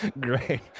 Great